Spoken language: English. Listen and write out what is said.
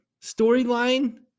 storyline